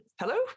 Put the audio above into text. Hello